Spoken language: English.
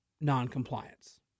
noncompliance